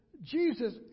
Jesus